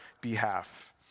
behalf